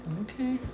Okay